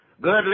Good